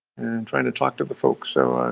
and trying to talk to the folks. so,